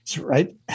right